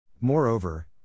Moreover